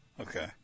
Okay